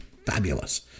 fabulous